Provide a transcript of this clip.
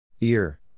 Ear